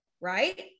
right